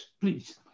please